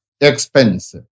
expense